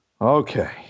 Okay